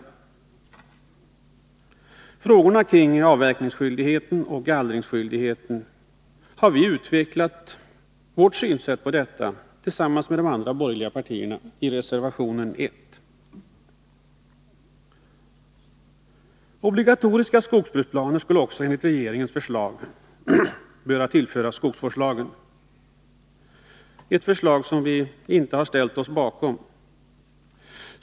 Vårt synsätt på frågorna kring avverkningsskyldigheten och gallringsskyldigheten har vi tillsammans med de andra borgerliga partierna utvecklat i reservation 1. Obligatoriska skogsbruksplaner skulle också böra tillföras skogsvårdslagen enligt regeringens förslag, ett förslag som vi inte ställer oss bakom.